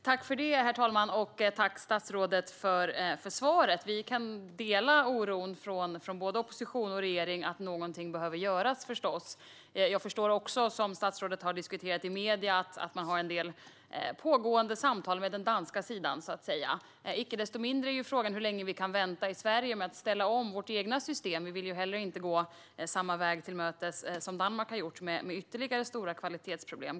Herr talman! Tack, statsrådet, för svaret! Både opposition och regering delar oron och ser att någonting förstås behöver göras. Av det som statsrådet har tagit upp i medierna förstår jag att det pågår en del samtal med den danska sidan. Icke desto mindre är frågan hur länge vi kan vänta i Sverige med att ställa om vårt eget system. Vi vill ju inte gå samma väg till mötes som Danmark har gjort med ytterligare stora kvalitetsproblem.